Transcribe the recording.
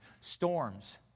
Storms